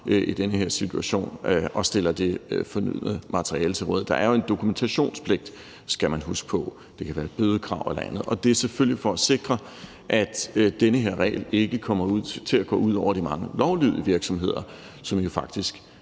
i den her situation og stiller det fornødne materiale til rådighed. Der er jo en dokumentationspligt, skal man huske på. Det kan være et bødekrav eller andet, og det er selvfølgelig for at sikre, at den her regel ikke kommer til at gå ud over de mange lovlydige virksomheder, som faktisk